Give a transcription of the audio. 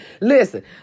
Listen